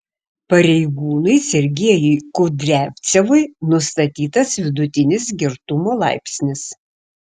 pareigūnui sergejui kudriavcevui nustatytas vidutinis girtumo laipsnis